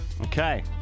Okay